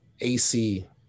AC